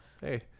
Hey